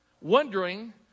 Wondering